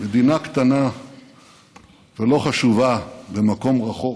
מדינה קטנה ולא חשובה במקום רחוק,